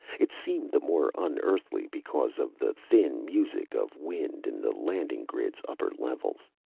it seemed the more unearthly because of the thin music of wind in the landing grid's upper levels.